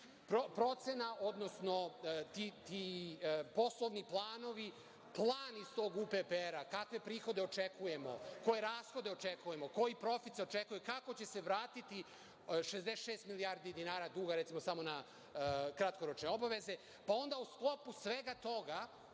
procena vrednosti imovine, poslovni planovi, plan iz tog UPPR-a kakve prihode očekujemo, koje rashode očekujemo, koji profit se očekuje, kako će se vratiti 66 milijardi dinara duga recimo samo na kratkoročne obaveze, pa onda u sklopu svega toga